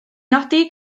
nodi